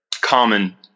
common